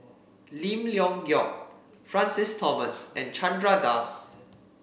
Lim Leong Geok Francis Thomas and Chandra Das